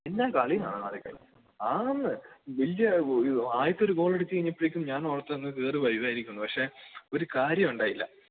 എന്ത് കളിയാണോ അവരൊക്കെ ആണെന്ന് വലിയ ഒരു ആദ്യത്തെ ഒരു ഗോളടിച്ച് കഴിഞ്ഞപ്പോഴേക്കും ഞാനോർത്തു അങ്ങ് കയറി വരുമായിരിക്കുമെന്ന് പക്ഷേ ഒരു കാര്യവുമുണ്ടായില്ല